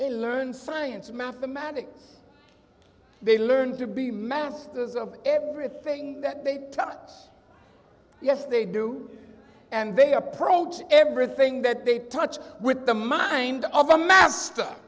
they learn science mathematics they learn to be masters of everything that they tell us yes they do and they approach everything that they touch with the mind of a master